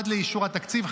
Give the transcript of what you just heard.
עד לאישור התקציב,